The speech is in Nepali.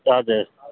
हजुर